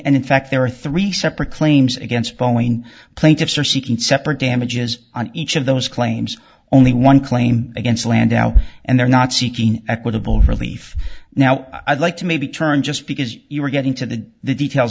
and in fact there are three separate claims against boeing plaintiffs are seeking separate damages on each of those claims only one claim against landau and they're not seeking equitable relief now i'd like to maybe turn just because you are getting to the details